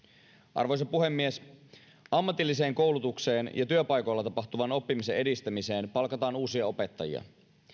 arvoisa puhemies ammatilliseen koulutukseen ja työpaikoilla tapahtuvan oppimisen edistämiseen palkataan uusia opettajia